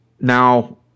Now